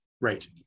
Right